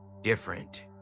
different